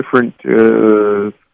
different